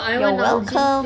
welcome